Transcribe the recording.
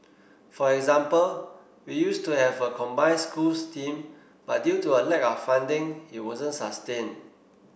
for example we used to have a combined schools team but due to a lack of funding it wasn't sustained